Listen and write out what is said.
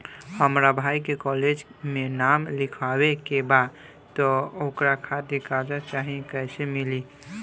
हमरा भाई के कॉलेज मे नाम लिखावे के बा त ओकरा खातिर कर्जा चाही कैसे मिली?